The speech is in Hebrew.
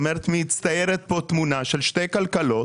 מצטיירת פה תמונה של שתי כלכלות,